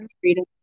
freedom